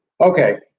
Okay